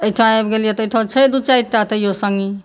एहिठाम आबि गेलियै तऽ एहिठाम छै दू चारिटा तैयो सङ्गी